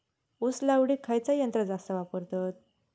ऊस लावडीक खयचा यंत्र जास्त वापरतत?